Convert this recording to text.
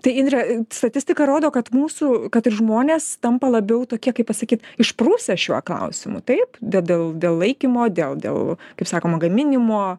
tai indre statistika rodo kad mūsų kad ir žmonės tampa labiau tokie kaip pasakyt išprusę šiuo klausimu taip dėl dėl dėl laikymo dėl dėl kaip sakoma gaminimo